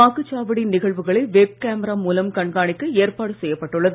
வாக்குச்சாவடி நிகழ்வுகளை web camera மூலம் கண்காணிக்க ஏற்பாடு செய்யப்பட்டு உள்ளது